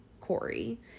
Corey